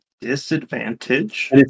disadvantage